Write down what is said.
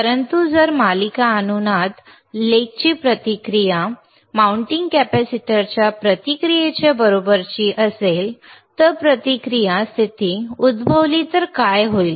परंतु जर मालिका अनुनाद लेगची प्रतिक्रिया माउंटिंग कॅपेसिटरच्या प्रतिक्रियेच्या बरोबरीची असेल तर प्रतिक्रिया स्थिती उद्भवली तर काय होईल